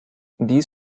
dies